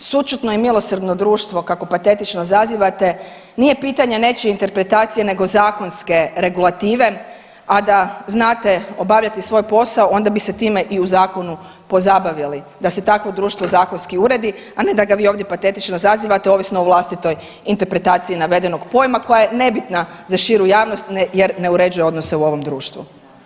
Članak 238., sućutno i milosrdno društvo kakvo patetično zazivate nije pitanje nečije interpretacije nego zakonske regulative, a da znate obavljati svoj posao onda biste se time i u zakonu pozabavili da se takvo društvo zakonski uredi, a ne da ga vi ovdje patetično zazivate ovisno o vlastitoj interpretaciji navedenog pojma koja je nebitna za širu javnost jer ne uređuje odnose u ovom društvu.